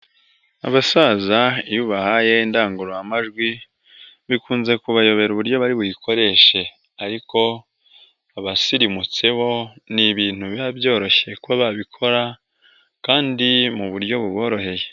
Abasaza iyo ubahaye indangururamajwi bikunze kubayobera uburyo bari buyikoreshe, ariko abasirimutse bo ni ibintu biba byoroshye kuba babikora kandi mu buryo buboroheye.